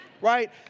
right